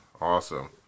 Awesome